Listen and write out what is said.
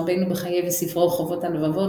רבנו בחיי וספרו "חובות הלבבות",